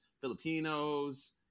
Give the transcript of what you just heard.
Filipinos